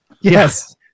Yes